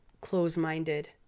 close-minded